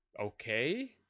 okay